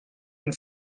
and